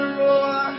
roar